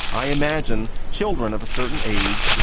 i imagine children of a certain age, you